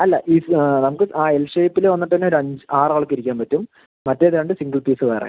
അല്ല ഇത് നമുക്ക് ആ എൽ ഷേപ്പില് വന്നിട്ട് തന്നെ ഒര് അഞ്ച് ആറ് ആൾക്ക് ഇരിക്കാൻ പറ്റും മറ്റേത് രണ്ട് സിംഗിൾ പീസ് വേറെ